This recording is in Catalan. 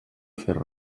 fer